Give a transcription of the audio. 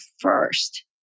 first